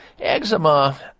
Eczema